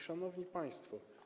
Szanowni Państwo!